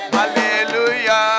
hallelujah